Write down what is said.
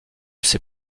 ces